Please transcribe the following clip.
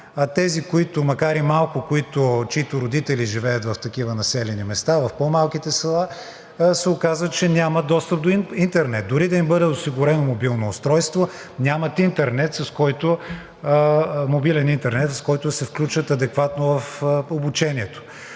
Тези, макар и малко, чиито родители живеят в такива населени места, в по-малките села, се оказа, че нямат достъп до интернет. Дори да им бъде осигурено мобилно устройство, нямат мобилен интернет, с който да се включат адекватно в обучението.